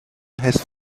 has